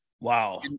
wow